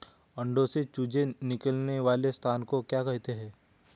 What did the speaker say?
अंडों से चूजे निकलने वाले स्थान को क्या कहते हैं?